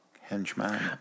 Henchman